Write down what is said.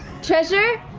treasure.